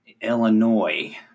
Illinois